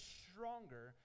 stronger